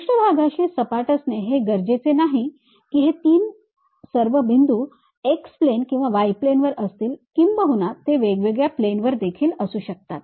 पृष्ठभागाशी सपाट असणे हे गरजेचे नाही की हे सर्व तीन बिंदू x प्लेन किंवा y प्लेनवर असतील किंबहुना ते वेगवेगळ्या प्लेनवर देखील असू शकतात